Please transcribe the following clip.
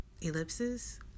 ellipses